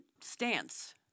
stance